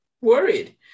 worried